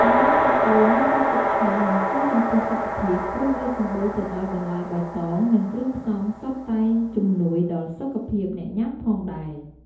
សម្លកកូរមានរសជាតិឆ្ងាញ់និងជួយចំពោះសុខភាពព្រោះវាសំបូរទៅដោយបន្លែបៃតងនិងគ្រឿងផ្សំសុទ្ធតែជំនួយដល់សុខភាពអ្នកញាំផងដែរ។